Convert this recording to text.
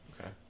Okay